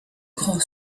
grand